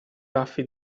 baffi